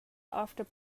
after